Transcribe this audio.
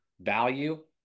value